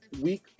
week